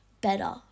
better